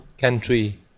country